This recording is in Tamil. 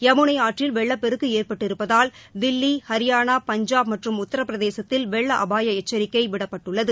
யமுனை ஆற்றில் வெள்ளப்பெருக்கு ஏற்பட்டிருப்பதால் தில்லி ஹரியானா பஞ்சாப் மற்றும் உத்தரப்பிரதேசத்தில் வெள்ள அபாய எச்சரிக்கை விடப்பட்டுள்ளது